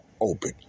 open